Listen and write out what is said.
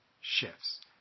shifts